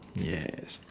yes